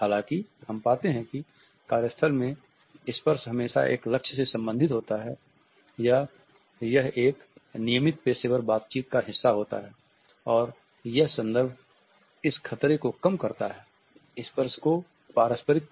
हालांकि हम पाते हैं कि कार्य स्थल में स्पर्श हमेशा एक लक्ष्य से संबंधित होता है या यह एक नियमित पेशेवर बातचीत का एक हिस्सा होता है और यह संदर्भ इस खतरे को कम करता है और कभी कभी स्पर्श को पारस्परिक संबंधों का एक सक्षम पहलू भी बनता है